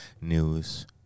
news